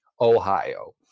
Ohio